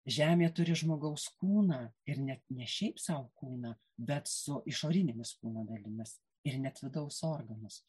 žemė turi žmogaus kūną ir net ne šiaip sau kūną bet su išorinėmis kūno dalimis ir net vidaus organus